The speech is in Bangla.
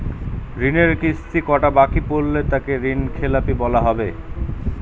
ঋণের কিস্তি কটা বাকি পড়লে তাকে ঋণখেলাপি বলা হবে?